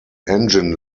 engine